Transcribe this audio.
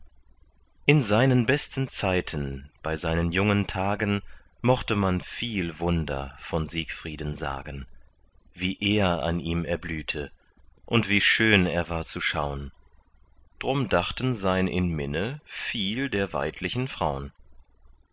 in seinen besten zeiten bei seinen jungen tagen mochte man viel wunder von siegfrieden sagen wie ehr an ihm erblühte und wie schön er war zu schaun drum dachten sein in minne viel der weidlichen fraun